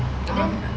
(uh huh)